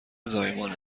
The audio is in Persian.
زایمان